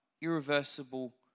irreversible